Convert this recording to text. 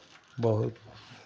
बहुत